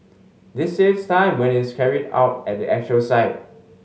this saves time when it is carried out at the actual site